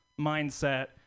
mindset